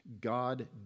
God